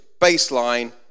Baseline